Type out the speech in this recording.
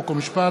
חוק ומשפט,